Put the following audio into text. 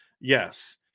Yes